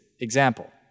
example